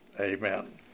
Amen